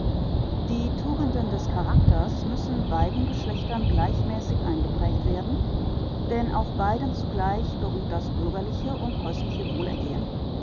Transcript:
die tugenden des charakters müssen beiden geschlechtern gleichmäßig eingeprägt werden denn auf beiden zugleich beruht das bürgerliche und häusliche wohlergehen